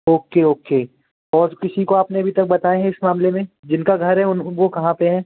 okay okay और किसी को आपने अभी तक बताया है इस मामले में जिनका घर है उन वह कहाँ पर हैं